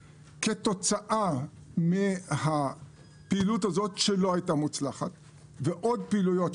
כתוצאה מהפעילות הזאת שלא הייתה מוצלחת ועוד פעילויות,